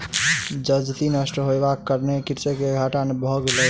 जजति नष्ट होयबाक कारणेँ कृषक के घाटा भ गेलै